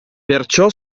perciò